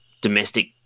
domestic